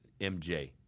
MJ